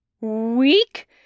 Week